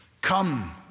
Come